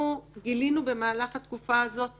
גילינו במהלך התקופה הזאת תקלות,